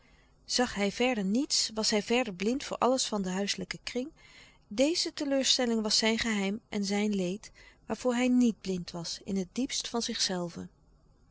zag hij verder niets was hij verder blind voor alles van den huiselijken kring deze teleurstelling was zijn geheim en zijn leed waarvoor hij niet blind was in het diepst van zichzelven